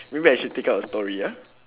maybe I should take out a story ya